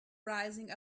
rising